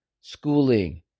schooling